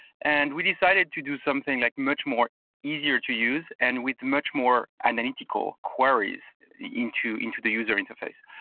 and we decided to do something like much more easier to use and with much more analytical queries into into the user interface.